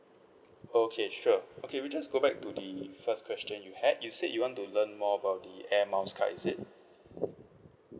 okay sure okay we just go back to the first question you had you said you want to learn more about the airmiles card is it